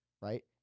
right